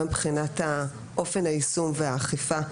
גם מבחינת אופן היישום והאכיפה,